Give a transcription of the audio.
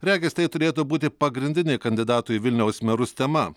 regis tai turėtų būti pagrindinė kandidatų į vilniaus merus tema